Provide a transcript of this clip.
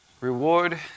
reward